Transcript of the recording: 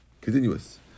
Continuous